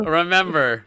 remember